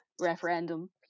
referendum